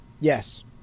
Yes